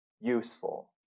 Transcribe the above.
useful